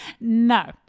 No